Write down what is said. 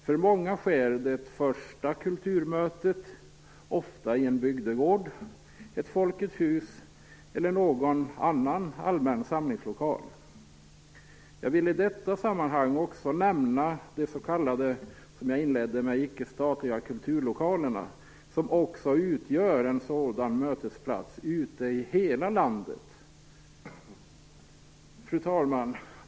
För många sker det första kulturmötet ofta i en bygdegård, ett Folkets hus eller någon annan allmän samlingslokal. Jag vill i detta sammanhang också nämna de s.k. icke-statliga kulturlokalerna, som också utgör en sådan mötesplats i hela landet. Fru talman!